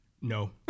no